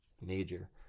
major